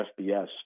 FBS